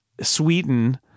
Sweden